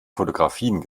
fotografien